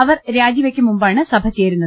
അവർ രാജിവെക്കും മുമ്പാണ് സഭ ചേരുന്നത്